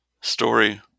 story